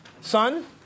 Son